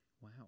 Wow